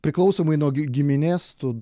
priklausomai nuo gi giminės tu